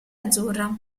azzurra